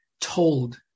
told